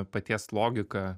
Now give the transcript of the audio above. paties logika